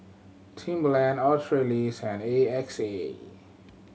Timberland Australis and A X A